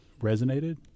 resonated